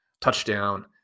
touchdown